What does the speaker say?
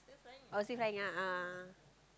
oh still flying a'ah